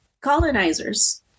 colonizers